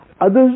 Others